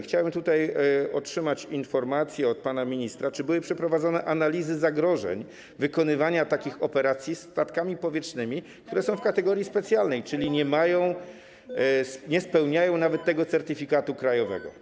Chciałbym tutaj otrzymać informację od pana ministra, czy były przeprowadzone analizy zagrożeń wykonywania takich operacji statkami powietrznymi, które są w kategorii specjalnej, czyli nie mają nawet tego certyfikatu krajowego.